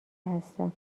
هستم